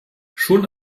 schon